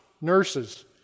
nurses